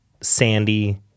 sandy